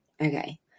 Okay